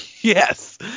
Yes